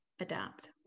adapt